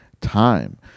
time